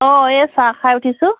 অঁ এই চাহ খাই উঠিছোঁ